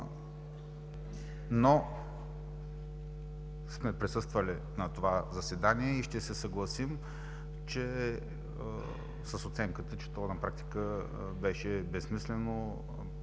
Но сме присъствали на това заседание и ще се съгласим с оценката, че то на практика беше безсмислено.